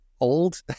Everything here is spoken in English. old